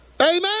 Amen